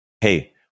Hey